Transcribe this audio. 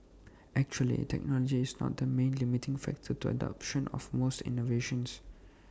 actually technology is not the main limiting factor to the adoption of most innovations